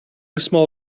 small